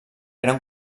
gran